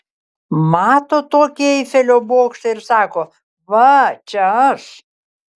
mato tokį eifelio bokštą ir sako va čia aš